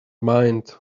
mind